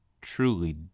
truly